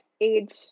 age